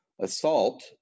assault